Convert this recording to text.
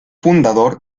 fundador